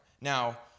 now